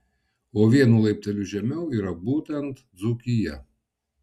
o vienu laipteliu žemiau yra būtent dzūkija